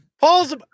Paul's